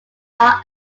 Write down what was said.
are